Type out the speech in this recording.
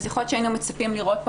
אז יכול להיות שהיינו מצפים לראות פה